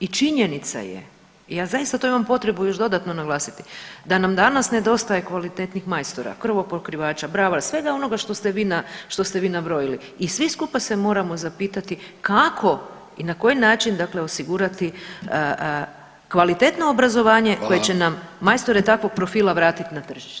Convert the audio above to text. I činjenica je i ja zaista to imam potrebu još dodatno naglasiti da nam danas nedostaje kvalitetnih majstora krovopokrivača, bravara, svega onoga što ste vi nabrojili i svi skupa se moramo zapitati kako i na koji način, dakle osigurati kvalitetno obrazovanje koje će nam majstore takvog profila vratiti na tržište.